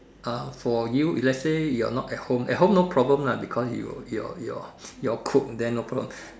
uh for you if let's say you're not at home at home no problem lah because you you're you're you all cook then no problem